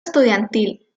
estudiantil